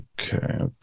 okay